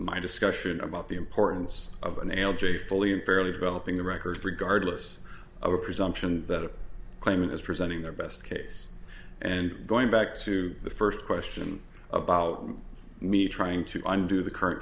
my discussion about the importance of an l j fully and fairly developing the record regardless of a presumption that a claimant is presenting their best case and going back to the first question about me trying to undo the current